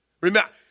Remember